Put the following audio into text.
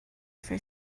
for